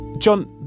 John